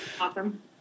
Awesome